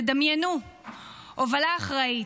דמיינו הובלה אחראית,